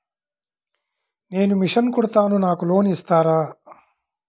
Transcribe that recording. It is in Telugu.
నేను మిషన్ కుడతాను నాకు లోన్ ఇస్తారా?